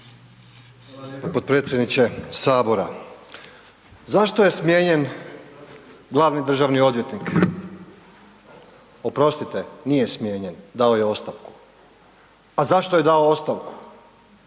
uključen./… potpredsjedniče Sabora. Zašto je smijenjen glavni državni odvjetnik? Oprostite, nije smijenjen, dao je ostavku. A zašto je dao ostavku?